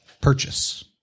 purchase